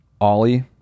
Ollie